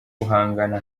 guhangana